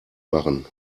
machen